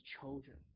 children